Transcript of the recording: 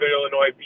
Illinois